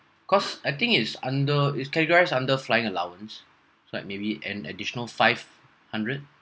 cause I think it's under is categorised under flying allowance so like maybe an additional five hundred